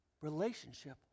relationship